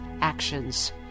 actions